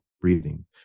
breathing